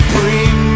Bring